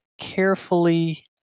carefully